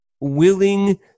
willing